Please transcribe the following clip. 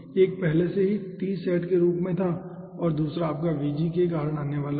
एक पहले से ही Tsat के रूप में था दूसरा आपके Vg के कारण आने वाला है